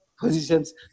positions